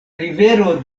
rivero